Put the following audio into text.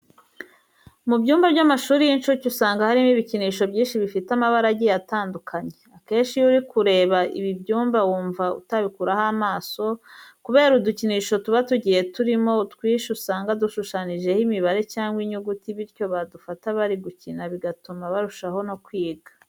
Mu byumba by'amshuri y'inshuke usanga harimo ibikinisho byinshi bifite amabara agiye atandukanye. Akenshi iyo uri kureba ibi byumba wumva utabikuraho amaso kubera udukinisho tuba tugiye turimo, utwinshi usanga dushushanyijeho imibare cyangwa inyuguti bityo badufata bari gukina bigatuma barushaho no kwiga.